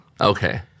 Okay